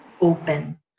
open